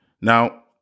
Now